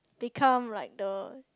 become like the